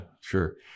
sure